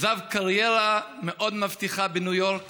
עזב קריירה מאוד מבטיחה בניו יורק